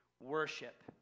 worship